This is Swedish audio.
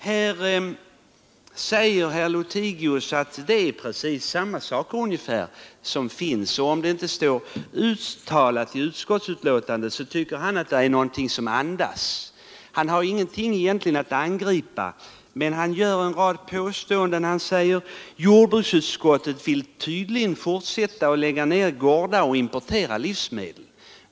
Herr Lothigius säger att det som inte är uttalat i utskottsbetänkandet dock ”andas” ur det. Han har egentligen ingenting att angripa men han gör en rad påståenden. Han säger bl.a. att jordbruksutskottet tydligen vill fortsätta att lägga ner gårdar och importera livsmedel.